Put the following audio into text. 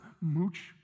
mooch